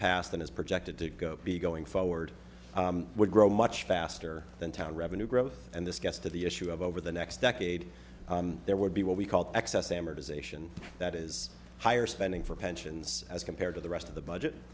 past that is projected to go be going forward would grow much faster than town revenue growth and this gets to the issue of over the next decade there would be what we call excess amortization that is higher spending for pensions as compared to the rest of the budget